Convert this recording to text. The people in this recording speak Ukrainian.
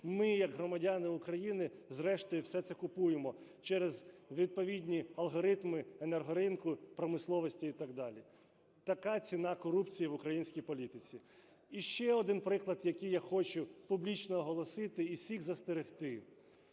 ми як громадяни України зрештою все це купуємо через відповідні алгоритми енергоринку промисловості і так далі. Така ціна корупції в українській політиці. І ще один приклад, який я хочу публічно оголосити і всіх застерегти.